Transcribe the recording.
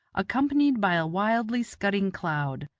accompanied by a wildly scudding cloud.